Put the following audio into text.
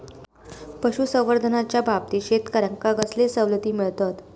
पशुसंवर्धनाच्याबाबतीत शेतकऱ्यांका कसले सवलती मिळतत?